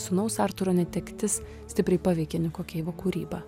sūnaus artūro netektis stipriai paveikė niko keivo kūrybą